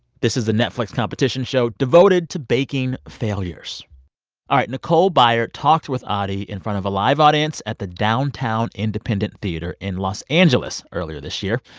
this is the netflix competition show devoted to baking failures all right. nicole byer talked with audie in front of a live audience at the downtown independent theater in los angeles earlier this year,